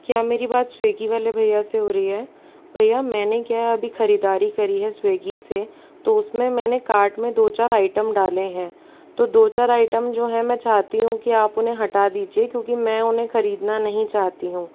क्या मेरी बात स्विग्गी वाले भैया से हो रही है भैया मैंने क्या अभी खरीददारी करी है स्विगी से तो उसमें मैंने कार्ट में दो चार आइटम डाले हैं तो दो चार आइटम जो है मै चाहती हूं कि आप उन्हें हटा दीजिए क्योंकि मैं उन्हें खरीदना नहीं चाहती हूँ